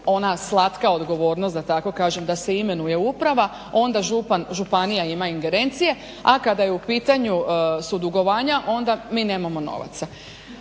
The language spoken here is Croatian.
ona slatka odgovornost da tako kažem, da se imenuje uprava, onda župan, županija ima ingerencije, a kada je u pitanju su dugovanja, onda mi nemamo novaca.